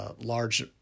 large